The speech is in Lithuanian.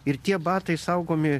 ir tie batai saugomi